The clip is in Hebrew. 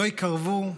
לא יקרבו,